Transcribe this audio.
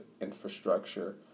infrastructure